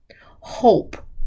Hope